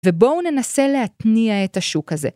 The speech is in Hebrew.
ובואו ננסה להתניע את השוק הזה.